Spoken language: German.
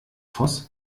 voß